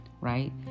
Right